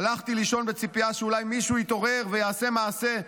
הלכתי לישון בציפייה שאולי מישהו יתעורר ויעשה מעשה,